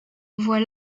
voit